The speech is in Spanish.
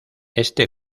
este